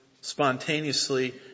spontaneously